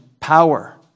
power